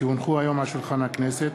כי הונחו היום על שולחן הכנסת,